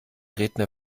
redner